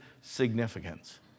significance